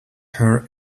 her